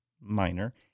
minor